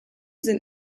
sind